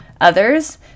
others